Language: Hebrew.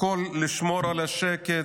הכול כדי לשמור על השקט,